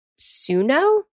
Suno